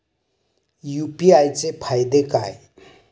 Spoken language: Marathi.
यु.पी.आय चे फायदे काय?